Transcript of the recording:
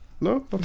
No